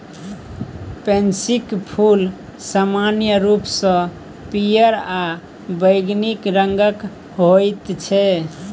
पैंसीक फूल समान्य रूपसँ पियर आ बैंगनी रंगक होइत छै